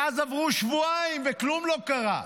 מאז עברו שבועיים וכלום לא קרה.